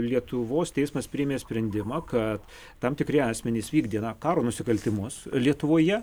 lietuvos teismas priėmė sprendimą kad tam tikri asmenys vykdę na karo nusikaltimus lietuvoje